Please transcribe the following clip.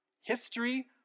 history